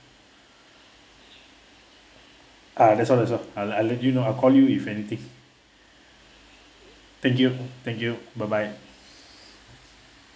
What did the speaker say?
ah that's all that's all I'll I'll let you know I'll call you if anything thank you thank you bye bye